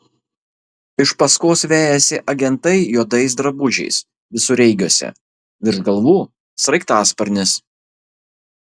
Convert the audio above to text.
iš paskos vejasi agentai juodais drabužiais visureigiuose virš galvų sraigtasparnis